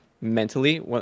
mentally